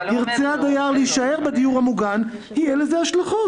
ירצה הדייר להישאר בדיור המוגן, יהיו לזה השלכות.